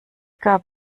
gab